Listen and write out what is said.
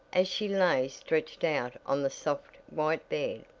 as she lay stretched out on the soft, white bed.